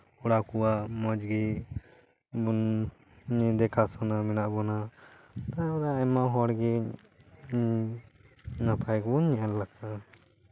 ᱠᱚᱲᱟ ᱠᱚᱣᱟᱜ ᱢᱚᱡᱽ ᱜᱮ ᱫᱮᱠᱷᱟ ᱥᱩᱱᱟ ᱢᱮᱱᱟᱜ ᱵᱚᱱᱟ ᱛᱟᱯᱚᱨᱮ ᱟᱭᱢᱟ ᱦᱚᱲ ᱜᱮ ᱦᱩᱸ ᱱᱟᱯᱟᱭ ᱜᱮᱵᱚᱱ ᱧᱮᱞᱟᱠᱟᱫᱟ